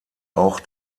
auch